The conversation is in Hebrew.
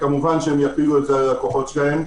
וכמובן שיפילו את זה על הלקוחות שלהם,